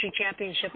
Championship